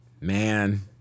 man